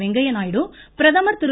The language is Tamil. வெங்கய்ய நாயுடு பிரதமர் திரு